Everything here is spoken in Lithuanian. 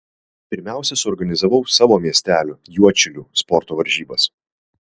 pirmiausia suorganizavau savo miestelio juodšilių sporto varžybas